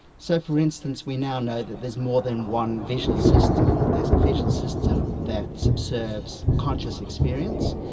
so for instance, we now know that there's more than one visual system. there's a visual system that subserves conscious experience,